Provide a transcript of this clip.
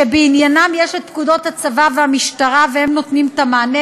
שבעניינם ישנן פקודות הצבא והמשטרה והן נותנות את המענה,